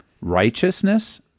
righteousness